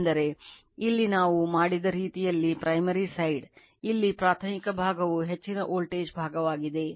ಆದ್ದರಿಂದ primary ಇಲ್ಲಿ ಪ್ರಾಥಮಿಕ ಭಾಗವು ಹೆಚ್ಚಿನ ವೋಲ್ಟೇಜ್ ಭಾಗವಾಗಿದೆ